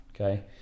okay